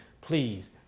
please